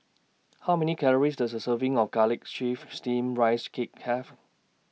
How Many Calories Does A Serving of Garlic Chives Steamed Rice Cake Have